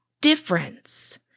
difference